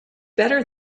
better